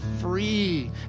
free